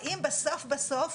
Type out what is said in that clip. האם בסוף בסוף,